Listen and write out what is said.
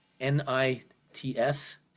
N-I-T-S